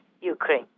Ukraine